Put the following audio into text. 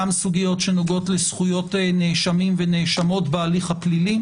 סוגיות שנוגעות לזכויות נאשמים ונאשמות בהליך הפלילי.